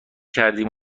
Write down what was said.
کردیم